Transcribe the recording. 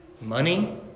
money